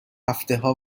هفتهها